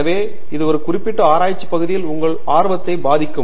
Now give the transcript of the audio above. எனவே இது ஒரு குறிப்பிட்ட ஆராய்ச்சி பகுதியில் உங்கள் ஆர்வத்தை பாதிக்கும்